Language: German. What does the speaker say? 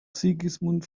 sigismund